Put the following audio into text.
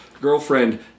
girlfriend